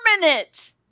permanent